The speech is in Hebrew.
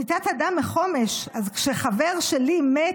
אני תת-אדם מחומש, אז כשחבר שלי מת,